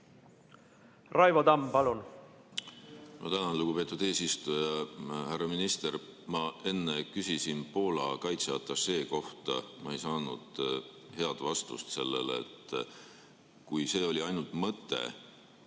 Raivo Tamm, palun!